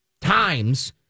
times